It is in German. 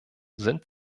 sind